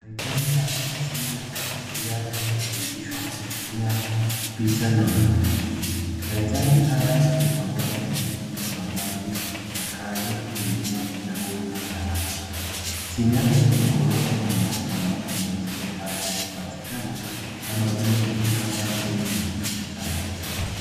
Mahitaji ya kimsingi ya familia imedhihirishwa kutumia picha na maandishi mahitaji haya ni pamoja na chakula, mavazi makazi elimu na huduma za afya. Chini yake kuna orodha ya mahali ambapo mahitaji haya hupatikana kama vile mashamba mito na hospitali.